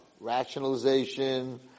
Rationalization